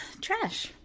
Trash